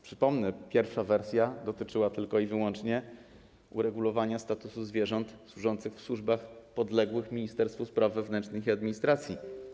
Przypomnę, pierwsza wersja dotyczyła tylko i wyłącznie uregulowania statusu zwierząt w służbach podległych Ministerstwu Spraw Wewnętrznych i Administracji.